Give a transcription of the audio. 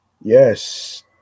yes